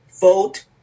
vote